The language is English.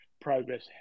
progress